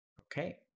Okay